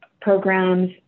programs